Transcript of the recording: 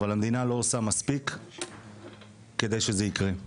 אבל המדינה לא עושה מספיק כדי שזה יקרה.